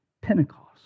pentecost